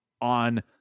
on